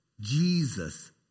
Jesus